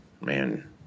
Man